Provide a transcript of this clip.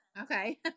Okay